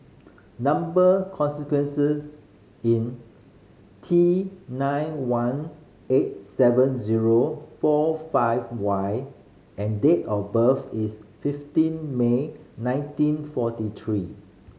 number consequences in T nine one eight seven zero four five Y and date of birth is fifteen May nineteen forty three